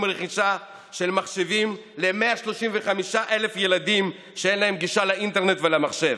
רכישה של מחשבים ל-135,000 ילדים שאין להם גישה לאינטרנט ולמחשב.